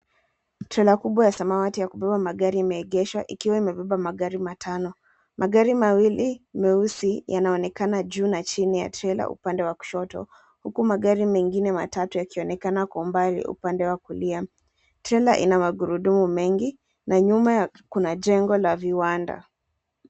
Trela kubwa ya samawati ya kubeba magari imeegeshwa, ikiwa imebeba magari matano. Magari mawili meusi, yanaonekana juu na chini ya trela upande wa kushoto. Huku magari mengine matatu yakionekana kwa umbali upande wa kulia. Trela ina magurudumu mengi, na nyuma kuna jengo la viwanda.